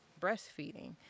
breastfeeding